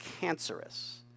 cancerous